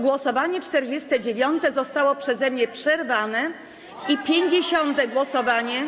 Głosowanie 49. zostało przeze mnie przerwane i 50. głosowanie.